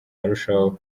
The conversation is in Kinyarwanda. arushaho